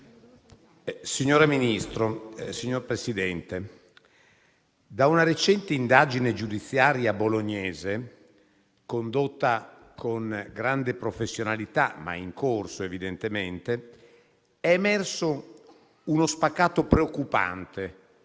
Signor Ministro, da una recente indagine giudiziaria bolognese condotta con grande professionalità - ma in corso evidentemente - è emerso uno spaccato preoccupante